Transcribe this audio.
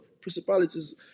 principalities